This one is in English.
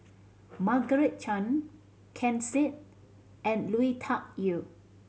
Margaret Chan Ken Seet and Lui Tuck Yew